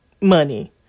money